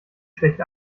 schlecht